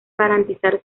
garantizar